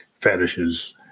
fetishes